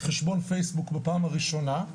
חשבון פייסבוק בפעם הראשונה.